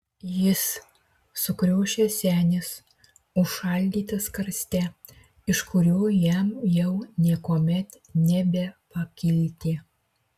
jis sukriošęs senis užšaldytas karste iš kurio jam jau niekuomet nebepakilti